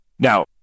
Now